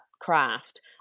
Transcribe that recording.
craft